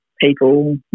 people